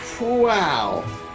Wow